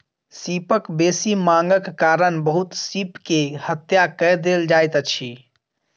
सीपक बेसी मांगक कारण बहुत सीप के हत्या कय देल जाइत अछि